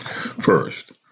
First